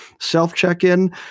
self-check-in